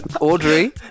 Audrey